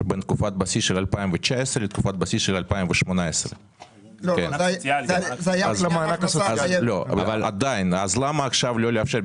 בין תקופת בסיס של 2019 לתקופת בסיס של 2018. למה עכשיו לא לאפשר?